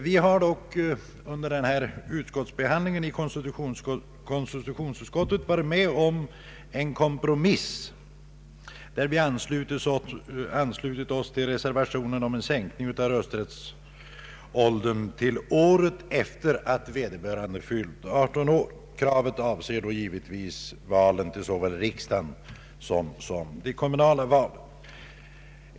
Vi har dock under motionernas behandling i konstitutionsutskottet varit med om en kompromiss och anslutit oss till reservationen om en sänkning av rösträttsåldern till året efter det vederbörande fyllt 18 år. Kravet avser då givetvis val till såväl riksdag som kommunala församlingar.